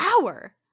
hour